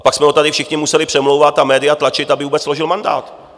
Pak jsme ho tady všichni museli přemlouvat a média tlačit, aby vůbec složil mandát.